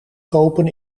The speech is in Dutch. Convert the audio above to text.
kopen